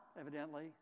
evidently